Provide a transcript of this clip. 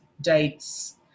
dates